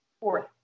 fourth